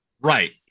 Right